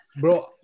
bro